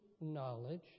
knowledge